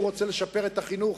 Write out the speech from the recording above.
הוא רוצה לשפר את החינוך,